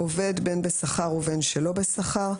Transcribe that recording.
"עובד" בין בשכר ובין שלא בשכר.